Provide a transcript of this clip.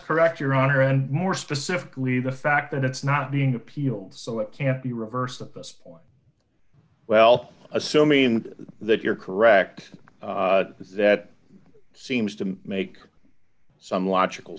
correct your honor and more specifically the fact that it's not being appealed so it can't be reversed at this point welp assuming that you're correct that seems to make some logical